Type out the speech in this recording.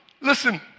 listen